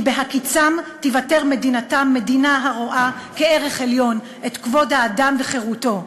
בהקיצם תיוותר מדינתם מדינה הרואה כערך עליון את כבוד האדם וחירותו.